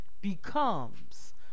becomes